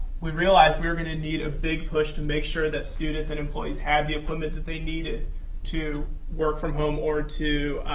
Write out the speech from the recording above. we realized we were going to need a big push to make sure that students and employees have the implements that they needed to work from home or to